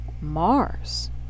Mars